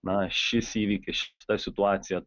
na šis įvykis šįta situacija